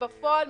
בפועל,